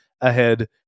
ahead